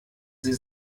sie